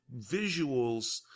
visuals